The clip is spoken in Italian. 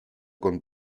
con